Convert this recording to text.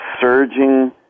surging